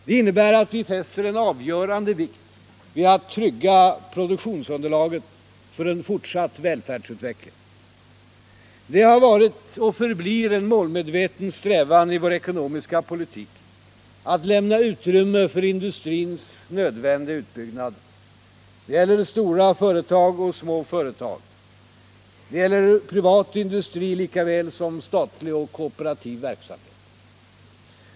Det innebär att vi fäster en avgörande vikt vid att trygga produktionsunderlaget för en fortsatt välfärdsutveckling. Det har varit och förblir en målmedveten strävan i vår ekonomiska politik att lämna utrymme för industrins nödvändiga utbyggnad. Det gäller stora företag och små företag. Det gäller privat industri lika väl som statlig och kooperativ verksamhet.